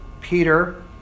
Peter